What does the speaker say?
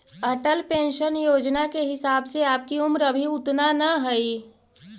Atal pension योजना के हिसाब से आपकी उम्र अभी उतना न हई